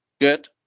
good